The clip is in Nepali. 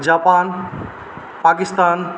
जापान पाकिस्तान